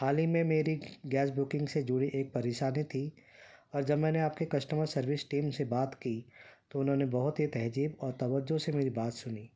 حال ہی میں میری گیس بکنگ سے جڑی ایک پریشانی تھی اور جب میں نے آپ کے کسٹمر سروس ٹیم سے بات کی تو انہوں نے بہت ہی تہذیب اور توجہ سے میری بات سنی